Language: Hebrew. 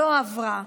לא עברה.